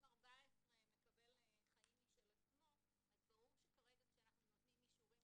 אם 14 מקבל חיים משל עצמו אז ברור שכרגע כשאנחנו נותנים אישורים